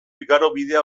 igarobidea